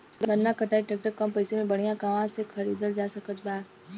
गन्ना कटाई ट्रैक्टर कम पैसे में बढ़िया कहवा से खरिदल जा सकत बा?